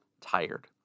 tired